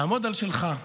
לעמוד על שלך,